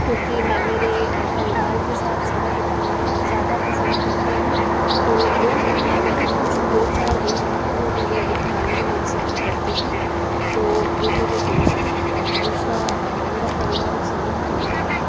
क्योंकि मैं मेरे परिवार के साथ समय बिताना ज़्यादा पसंद करती हूँ तो दोस्त हैं मेरे कुछ दो चार दोस्त हैं जो मेरे विद्यालय में मेरे साथ पढ़ते थे तो वो मेरे दोस्त हैं दूसरा मेरा परिवार एक संयुक्त परिवार है